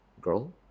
girl